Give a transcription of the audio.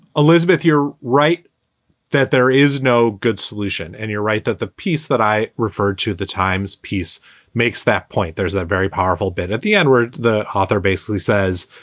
elizabeth, you're right that there is no good solution. and you're right that the piece that i referred to, the times piece makes that point. there's that very powerful bit at the end where the author basically says,